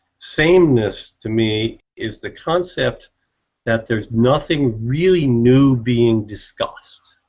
same-ness to me is the concept that there's nothing really new being discussed.